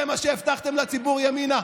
זה מה שהבטחתם לציבור, ימינה?